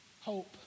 hope